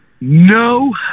no